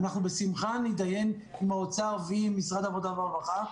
בשמחה נתדיין עם האוצר ועם משרד העבודה והרווחה,